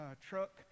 truck